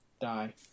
Die